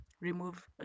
remove